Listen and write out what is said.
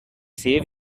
save